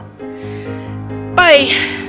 Bye